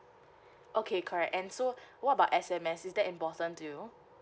okay correct and so what about S_M_S is that important to you